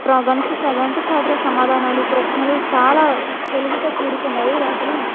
ప్రా గణిస గణిత శాస్త్ర సమాధానాలు ప్రశ్నలు చాలా తెలివితో కూడుకున్నవి వాటిని